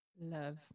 Love